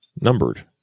numbered